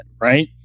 right